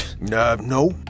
No